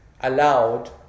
allowed